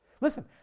Listen